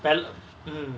well